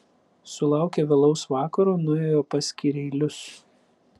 sulaukę vėlaus vakaro nuėjo pas kireilius